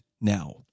now